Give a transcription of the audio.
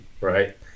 right